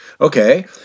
Okay